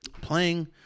Playing